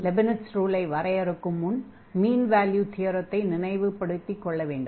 Leibniz ரூலை வரையறுக்கும் முன் "மீண் வேல்யூ தியரத்தை" நினைவுபடுத்திக் கொள்ள வேண்டும்